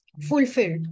fulfilled